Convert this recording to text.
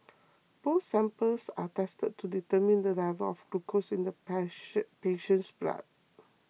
both samples are tested to determine the level of glucose in the patient's blood